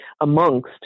amongst